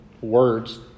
words